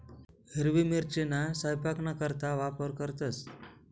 हिरवी मिरचीना सयपाकना करता वापर करतंस